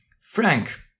Frank